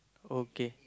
okay